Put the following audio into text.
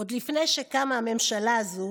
עוד לפני שקמה הממשלה הזו